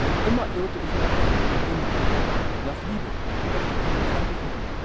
und immer irrte ich nach liebe immer nach liebe doch die liebe fand ich nimmer